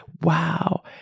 wow